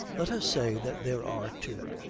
let us say that there are two.